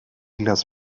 las